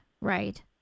right